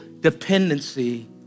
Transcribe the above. dependency